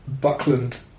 Buckland